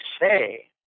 say